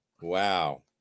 Wow